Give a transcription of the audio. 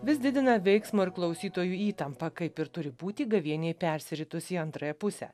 vis didina veiksmo ir klausytojų įtampą kaip ir turi būti gavėniai persiritus į antrąją pusę